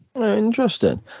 Interesting